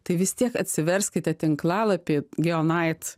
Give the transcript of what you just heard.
tai vis tiek atsiverskite tinklalapį geonait